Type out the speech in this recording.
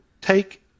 take